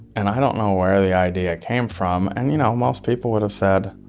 and i don't know where the idea came from. and, you know, most people would have said,